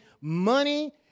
money